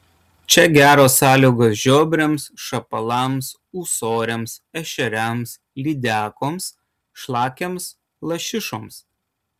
čia geros sąlygos žiobriams šapalams ūsoriams ešeriams lydekoms šlakiams lašišoms